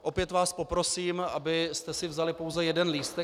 Opět vás poprosím, abyste si vzali pouze jeden lístek